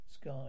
sky